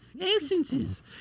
essences